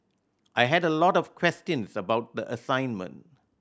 I had a lot of questions about the assignment